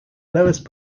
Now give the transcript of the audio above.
lowest